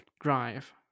drive